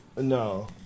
No